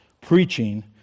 preaching